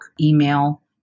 email